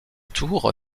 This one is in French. tour